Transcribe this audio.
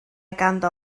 ganddo